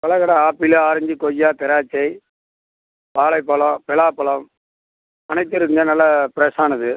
பழக் கடை apple orange கொய்யா திராட்சை வாழைப் பழம் பலாப் பழம் அனைத்தும் இருக்குதுங்க நல்லா ஃப்ரஸ்ஸானது